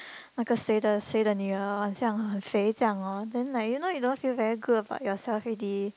那个谁的谁的女儿这样肥这样 hor then like you know you don't feel very good about yourself already